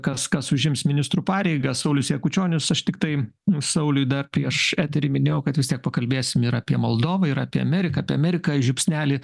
kas kas užims ministrų pareigas saulius jakučionis aš tiktai sauliui dar prieš eterį minėjau kad vis tiek pakalbėsim ir apie moldovą ir apie ameriką apie ameriką žiupsnelį